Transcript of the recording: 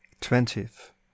Twentieth